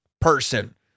person